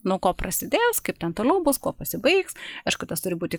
nuo ko prasidės kaip ten toliau bus kuo pasibaigs aišku tas turi būti